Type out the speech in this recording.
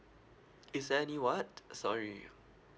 is there any what sorry